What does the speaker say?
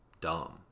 dumb